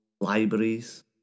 libraries